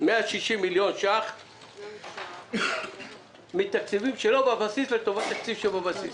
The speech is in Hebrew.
160 מיליון ₪ מתקציבים שהם לא בבסיס לטובת תקציב שבבסיס.